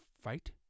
fight